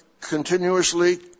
continuously